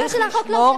המטרה של החוק ברורה.